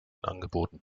angeboten